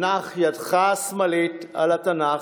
הנח את ידך השמאלית על התנ"ך,